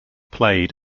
played